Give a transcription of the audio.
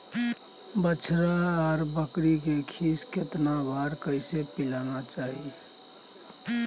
बछरा आर बछरी के खीस केतना आर कैसे पिलाना चाही?